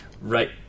right